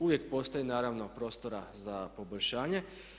Uvijek postoji naravno prostora za poboljšanje.